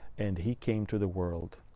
and he came to the world,